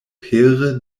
pere